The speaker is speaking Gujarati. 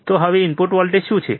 તો હવે ઇનપુટ વોલ્ટેજ શું છે